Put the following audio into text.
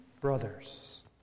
brothers